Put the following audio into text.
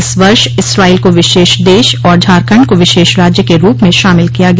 इस वर्ष इस्राइल को विशेष देश और झारखंड को विशेष राज्य के रूप में शामिल किया गया